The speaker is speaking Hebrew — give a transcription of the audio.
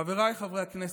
חבריי חברי הכנסת,